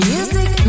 Music